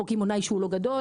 או אצל קמעונאי שהוא לא גדול,